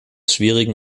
schwierigen